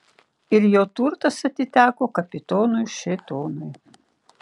ir jo turtas atiteko kapitonui šėtonui